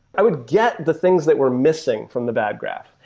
i would get the things that were missing from the bad graph.